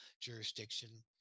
jurisdiction